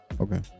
Okay